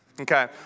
Okay